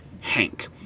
hank